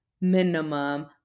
minimum